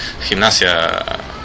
Gimnasia